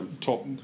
top